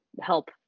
help